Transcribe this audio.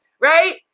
right